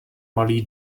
malý